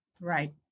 Right